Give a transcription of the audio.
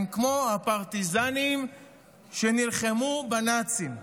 הם כמו הפרטיזנים שנלחמו בנאצים.